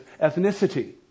ethnicity